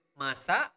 masa